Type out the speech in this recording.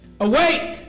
awake